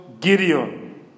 Gideon